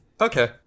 Okay